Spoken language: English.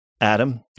Adam